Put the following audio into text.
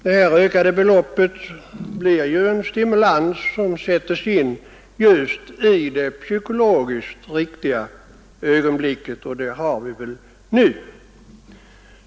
Det ökade beloppet blir en stimulans som sätts in just i det psykologiskt riktiga ögonblicket — som vi nog har nu.